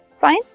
Fine